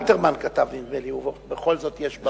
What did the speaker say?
אלתרמן כתב את זה על תל-אביב.